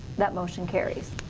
that motion carries.